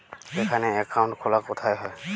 এখানে অ্যাকাউন্ট খোলা কোথায় হয়?